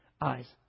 eyes